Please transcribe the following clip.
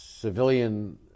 Civilian